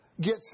get